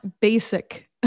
basic